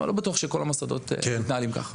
לא בטוח שכל המוסדות מתנהלים ככה.